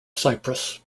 cyprus